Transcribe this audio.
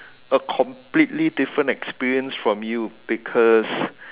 a completely different experience from you because